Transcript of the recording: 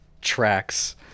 tracks